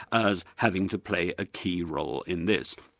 as having to play a key role in this.